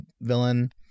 villain